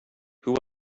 who